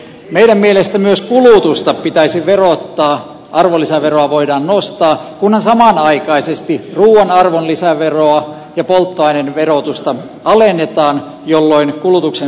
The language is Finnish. meidän mielestämme myös kulutusta pitäisi verottaa arvonlisäveroa voidaan nostaa kunhan samanaikaisesti ruuan arvonlisäveroa ja polttoaineiden verotusta alennetaan jolloin kulutuksen verotus on oikeudenmukaista